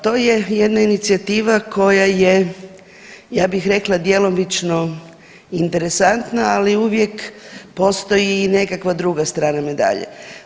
To je jedna inicijativa koja je ja bih rekla djelomično interesantna ali uvijek postoji i nekakva druga strana medalje.